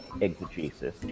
exegesis